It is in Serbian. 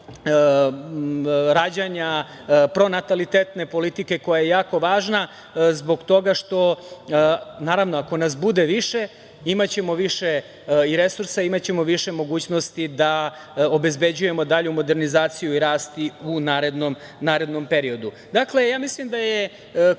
rađanja, pronatalitetne politike koja je jako važna zbog toga što, naravno, ako nas bude više, imaćemo više i resursa, imaćemo više mogućnosti da obezbeđujemo dalju modernizaciju i rast i u narednom periodu. Dakle, mislim da je